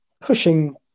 pushing